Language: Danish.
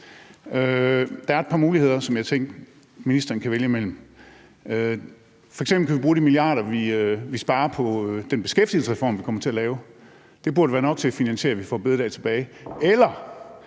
Der er et par muligheder, som jeg tænkte ministeren kunne vælge imellem. F.eks. kunne vi bruge de milliarder, vi sparer i den beskæftigelsesreform, vi kommer til at lave. Det burde være nok til at finansiere, at vi får bededag tilbage.